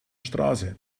straße